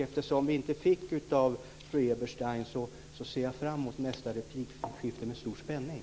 Eftersom vi inte fick detta av fru Eberstein ser jag fram emot nästa replikskifte med stor spänning.